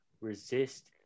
resist